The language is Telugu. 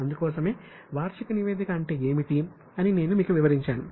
అందుకోసమే వార్షిక నివేదిక అంటే ఏమిటి అని నేను మీకు వివరించాను